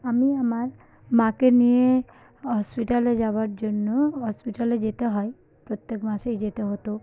আমি আমার মাকে নিয়ে হসপিটালে যাওয়ার জন্য হসপিটালে যেতে হয় প্রত্যেক মাসেই যেতে হতো